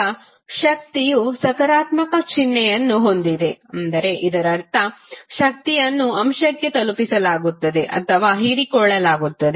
ಈಗ ಶಕ್ತಿಯು ಸಕಾರಾತ್ಮಕ ಚಿಹ್ನೆಯನ್ನು ಹೊಂದಿದೆ ಎಂದರೆ ಇದರರ್ಥ ಶಕ್ತಿಯನ್ನು ಅಂಶಕ್ಕೆ ತಲುಪಿಸಲಾಗುತ್ತದೆ ಅಥವಾ ಹೀರಿಕೊಳ್ಳಲಾಗುತ್ತದೆ